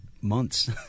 months